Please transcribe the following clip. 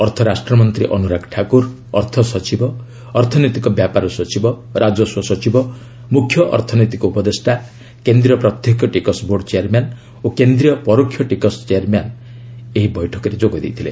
ଅର୍ଥ ରାଷ୍ଟ୍ରମନ୍ତ୍ରୀ ଅନୁରାଗ ଠାକୁର ଅର୍ଥସଚିବ ଅର୍ଥନୈତିକ ବ୍ୟାପାର ସଚିବ ରାଜସ୍ୱ ସଚିବ ମ୍ରଖ୍ୟ ଅର୍ଥନୈତିକ ଉପଦେଷ୍ଟା କେନ୍ଦ୍ରୀୟ ପ୍ରତ୍ୟକ୍ଷ ଟିକସ ବୋର୍ଡ ଚେୟାରମ୍ୟାନ୍ ଓ କେନ୍ଦ୍ରୀୟ ପରୋକ୍ଷ ଟିକସ ଚେୟାରମ୍ୟାନ୍ ଏହି ବୈଠକରେ ଯୋଗଦେଇଥିଲେ